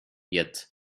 yet